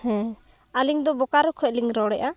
ᱦᱮᱸ ᱟᱹᱞᱤᱧ ᱫᱚ ᱵᱳᱟᱨᱳ ᱠᱷᱚᱱ ᱞᱤᱧ ᱨᱚᱲᱮᱜᱼᱟ